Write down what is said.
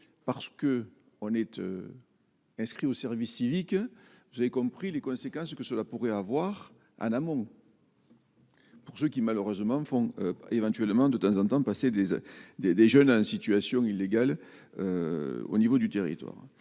parce que on est inscrit au service civique vous avez compris les conséquences que cela pourrait avoir un amour. Pour ceux qui malheureusement font éventuellement de temps en temps, passer des heures, des des jeunes à une situation illégale au niveau du territoire,